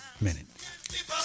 minute